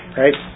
right